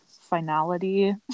finality